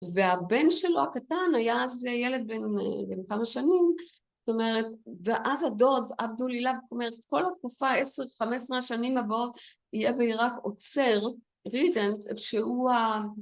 ‫והבן שלו הקטן, ‫היה אז ילד בן כמה שנים. ‫זאת אומרת, ואז הדוד, אבדולילב, ‫כל התקופה ה-10-15 השנים הבאות, ‫יהיה בעיראק עוצר, ריג'נט, ‫שהוא ה...